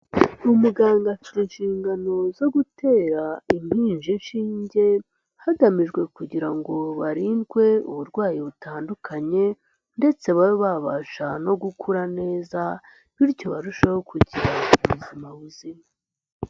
Umuganga afite inshingano zo gutera impinja inshinge hagamijwe kugira ngo barindwe uburwayi butandukanye ndetse babe babasha no gukura neza. Bityo barusheho kugira ubuzima buzima.